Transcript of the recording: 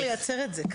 צריך לייצר את זה.